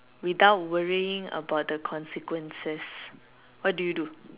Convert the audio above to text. without worrying about the consequences what do you do